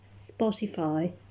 Spotify